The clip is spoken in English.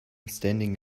standing